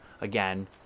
again